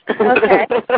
Okay